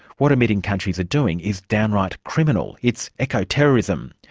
what emitting countries are doing is downright criminal, it's eco-terrorism.